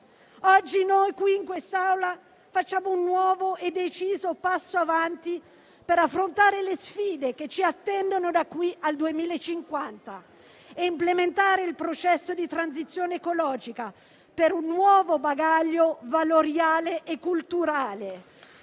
Oggi in quest'Aula facciamo un nuovo e deciso passo avanti per affrontare le sfide che ci attendono da qui al 2050 e implementare il processo di transizione ecologica per un nuovo bagaglio valoriale e culturale,